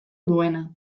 duena